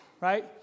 Right